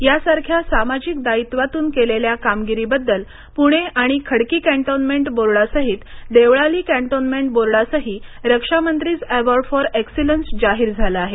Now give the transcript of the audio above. यासारख्या सामाजिक दायित्वातून केलेल्या कामगिरीबद्दल पुणे आणि खडकी कॅन्टोन्मेंट बोर्डासहीत देवळाली कॅन्टोन्मेंट बोर्डासही रक्षामंत्रीज् ऍवॉर्ड फॉर एक्सेलन्स जाहीर झाले आहे